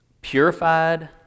Purified